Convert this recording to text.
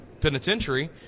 penitentiary